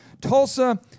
Tulsa